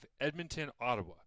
Edmonton-Ottawa